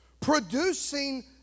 producing